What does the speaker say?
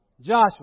Joshua